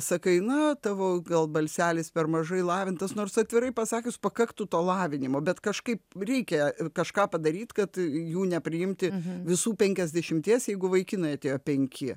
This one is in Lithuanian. sakai na tavo gal balselis per mažai lavintas nors atvirai pasakius pakaktų to lavinimo bet kažkaip reikia kažką padaryt kad jų nepriimti visų penkiasdešimties jeigu vaikinai atėjo penki